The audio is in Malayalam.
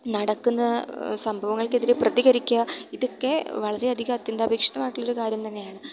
നടക്കുന്ന സംഭവങ്ങൾക്ക് എതിരെ പ്രതികരിക്കുക ഇതൊക്കെ വളരെ അധികം അത്യന്താപേക്ഷിതമായിട്ട് ഉള്ളൊരു കാര്യം തന്നെയാണ്